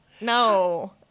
no